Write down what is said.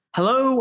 Hello